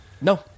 No